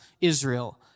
Israel